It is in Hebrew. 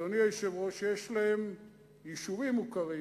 אדוני היושב-ראש, יש להם יישובים מוכרים,